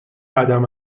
قدم